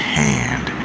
hand